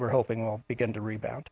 we're hoping will begin to rebound